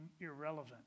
irrelevant